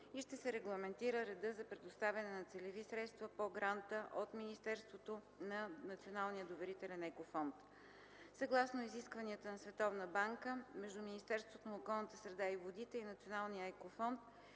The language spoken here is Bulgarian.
и ще се регламентира редът за предоставяне на целеви средства по гранта от Министерството на околната среда и водите на Националния доверителен Еко Фонд. Съгласно изискванията на Световната банка между Министерството на околната среда и водите и Националния Еко Фонд